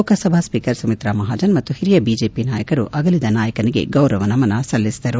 Lok Sabha speaker Sumitra Mahajan ಮತ್ತು ಹಿರಿಯ BJP ನಾಯಕರು ಅಗಲಿದ ನಾಯಕನಿಗೆ ಗೌರವ ನಮನ ಸಲ್ಲಿಸಿದರು